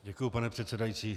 Děkuji, pane předsedající.